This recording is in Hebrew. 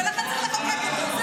ולכן צריך לחבק אותו.